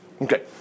okay